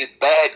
bad